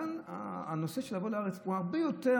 כאן הנושא של לבוא לארץ הוא הרבה יותר.